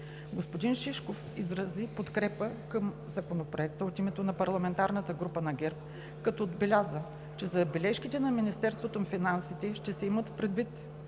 Господин Шишков изрази подкрепата към Законопроекта от името на Парламентарната група на ГЕРБ, като отбеляза, че забележките на Министерството на финансите ще се имат предвид